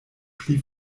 pli